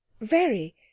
Very